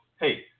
hey